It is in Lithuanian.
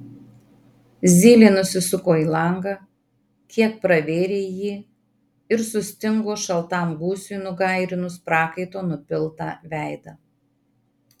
zylė nusisuko į langą kiek pravėrė jį ir sustingo šaltam gūsiui nugairinus prakaito nupiltą veidą